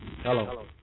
Hello